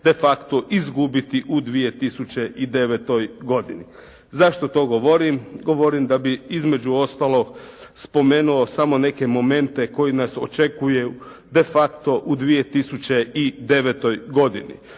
de facto izgubiti u 2009. godini. Zašto to govorim? Govorim da bi između ostalog spomenuo samo neke momente koje nas očekuju de facto u 2009. godini.